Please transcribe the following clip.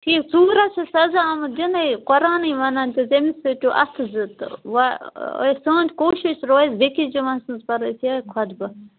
ٹھیٖک ژوٗرَس چھِ سَزا آمٕژ دِنَےٕ قُرانٕے ونان تٔمِس ژٕٹِو اَتھٕ زٕ تہٕ وَۄنۍ سٲنۍ کوٗشِش روزِ یہِ کہِ بیکِس جُمعہ ہَس منٛز پَر حظ خۄطبہٕ